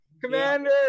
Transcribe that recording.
Commander